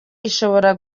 ishobora